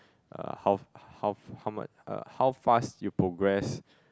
uh how how f~ how much uh how fast you progress